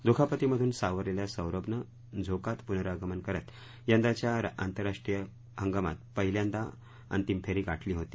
दुखापतीमधून सावरलेल्या सौरभनं झोकात पुनरागमन करत यंदाच्या आंतरराष्ट्रीय हंगामात पहिल्यांदा अंतिम फेरी गाठली होती